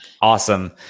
Awesome